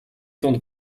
дунд